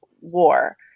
war